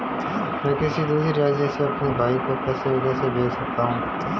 मैं किसी दूसरे राज्य से अपने भाई को पैसे कैसे भेज सकता हूं?